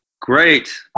Great